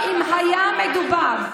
תצביע נגד.